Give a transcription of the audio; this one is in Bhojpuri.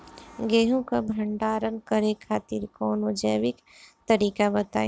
गेहूँ क भंडारण करे खातिर कवनो जैविक तरीका बताईं?